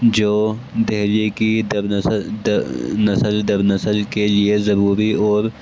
جو دلی کی در نسل در نسل در نسل کے لیے ضروری اور